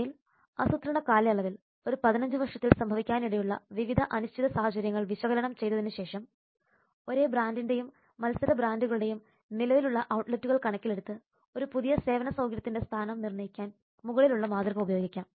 ഭാവിയിൽ ആസൂത്രണ കാലയളവിൽ ഒരു 15 വർഷത്തിൽ സംഭവിക്കാനിടയുള്ള വിവിധ അനിശ്ചിത സാഹചര്യങ്ങൾ വിശകലനം ചെയ്തതിന് ശേഷം ഒരേ ബ്രാൻഡിന്റെയും മത്സര ബ്രാൻഡുകളുടെയും നിലവിലുള്ള ഔട്ട്ലെറ്റുകൾ കണക്കിലെടുത്ത് ഒരു പുതിയ സേവന സൌകര്യത്തിന്റെ സ്ഥാനം നിർണ്ണയിക്കാൻ മുകളിലുള്ള മാതൃക ഉപയോഗിക്കാം